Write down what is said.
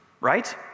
right